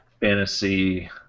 fantasy